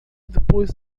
depois